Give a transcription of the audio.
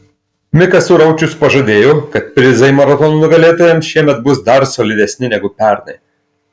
mikas suraučius pažadėjo kad prizai maratono nugalėtojams šiemet bus dar solidesni negu pernai